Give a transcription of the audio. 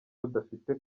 badafite